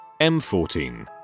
M14